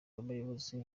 abayobozi